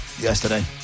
yesterday